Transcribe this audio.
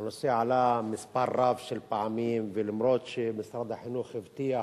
שהנושא עלה מספר רב של פעמים ולמרות שמשרד החינוך גם הבטיח